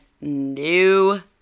new